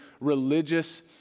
religious